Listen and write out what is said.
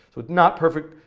so not perfect,